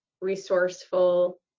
resourceful